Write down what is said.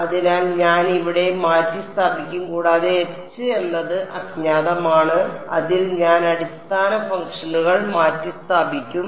അതിനാൽ ഞാൻ അവിടെ മാറ്റിസ്ഥാപിക്കും കൂടാതെ എച്ച് എന്നത് അജ്ഞാതമാണ് അതിൽ ഞാൻ അടിസ്ഥാന ഫംഗ്ഷനുകൾ മാറ്റിസ്ഥാപിക്കും